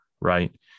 Right